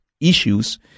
issues